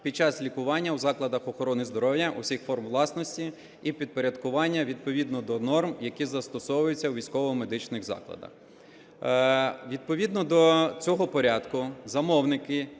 під час лікування у закладах охорони здоров'я усіх форм власності і підпорядкування відповідно до норм, які застосовуються у військово-медичних закладах". Відповідно до цього порядку замовники,